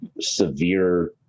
severe